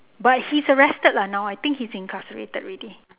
but he's arrested lah not I think he's incarcerated already